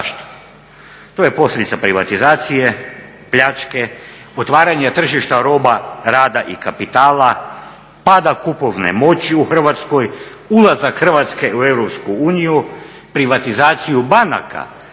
To je posljedica privatizacije, pljačke, otvaranja tržišta roba, rada i kapitala, pada kupovne moći u Hrvatskoj, ulazak Hrvatske u EU, privatizaciju banaka